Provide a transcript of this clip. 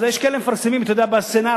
אז יש כאלה שמפרסמים, אתה יודע, ב"א-סנארה",